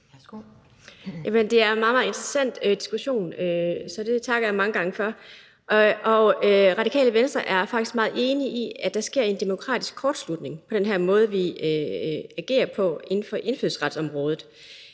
Det er en meget, meget interessant diskussion, og det takker jeg mange gange for. Det Radikale Venstre er faktisk meget enig i, at der på den her måde sker en demokratisk kortslutning med den her måde, vi agerer inden for indfødsretsområdet